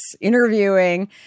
interviewing